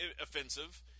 offensive